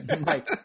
Mike